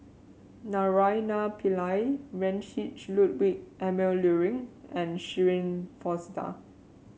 Naraina Pillai Heinrich Ludwig Emil Luering and Shirin Fozdar